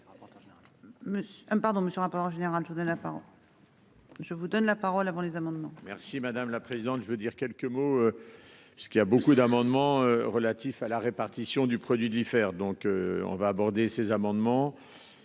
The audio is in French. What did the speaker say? pardon monsieur rapport général de la parole.-- Je vous donne la parole, avant les amendements. Si madame la présidente, je veux dire quelques mots. Ce qu'il y a beaucoup d'amendements relatifs à la répartition du produit diffère faire donc on va aborder ces amendements.